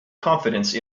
confidence